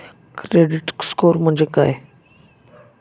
Credit score म्हणजे काय?